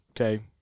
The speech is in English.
okay